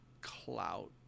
clout